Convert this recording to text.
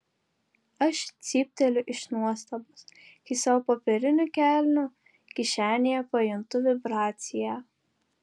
aš cypteliu iš nuostabos kai savo popierinių kelnių kišenėje pajuntu vibraciją